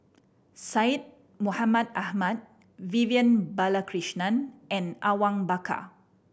Syed Mohamed Ahmed Vivian Balakrishnan and Awang Bakar